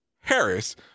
Harris